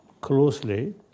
closely